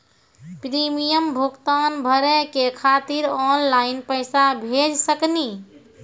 Premium भुगतान भरे के खातिर ऑनलाइन पैसा भेज सकनी?